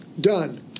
done